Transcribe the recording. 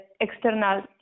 external